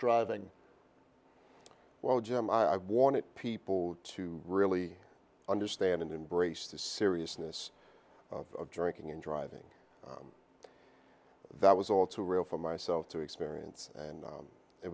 driving while jim i wanted people to really understand and embrace the seriousness of drinking and driving that was all too real for myself to experience and